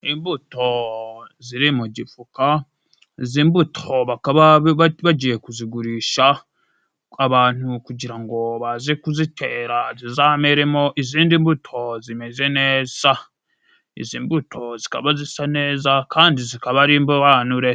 Imbuto ziri mu gifuka. Izi mbuto bakaba bagiye kuzigurisha abantu, kugira ngo baze kuzitera zizameremo izindi mbuto zimeze neza. Izi mbuto zikaba zisa neza kandi zikaba ari indobanure.